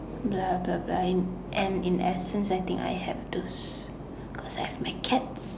like have a guy and in essence I think I have this cuz I have my cats